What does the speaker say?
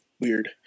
weird